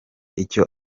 icyo